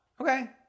Okay